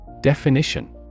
Definition